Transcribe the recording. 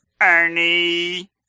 Ernie